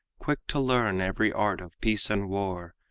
quick to learn every art of peace and war,